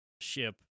ship